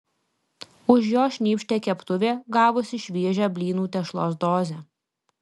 už jo šnypštė keptuvė gavusi šviežią blynų tešlos dozę